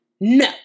no